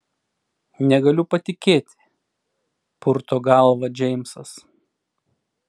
negaliu patikėti purto galvą džeimsas